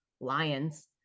lions